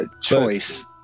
choice